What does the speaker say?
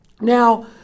now